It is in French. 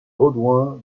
baudouin